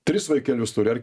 tris vaikelius turi ar